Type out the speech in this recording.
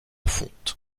fonte